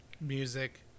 music